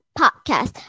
podcast